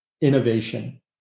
innovation